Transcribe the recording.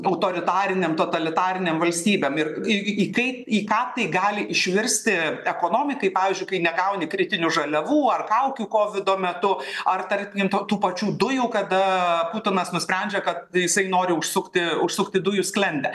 autoritarinėm totalitarinėm valstybėm ir į kai į ką tai gali išvirsti ekonomikai pavyzdžiui kai negauni kritinių žaliavų ar kaukių kovido metu ar tarkim to tų pačių dujų kada putinas nusprendžia kad jisai nori užsukti užsukti dujų sklendę